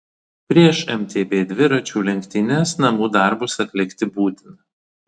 prieš mtb dviračių lenktynes namų darbus atlikti būtina